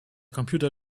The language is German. computer